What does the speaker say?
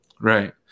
Right